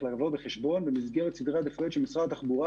לבוא בחשבון במסגרת סדרי עדיפויות של משרד התחבורה